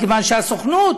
מכיוון שהסוכנות